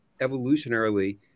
evolutionarily